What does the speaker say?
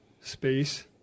space